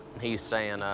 he's saying, ah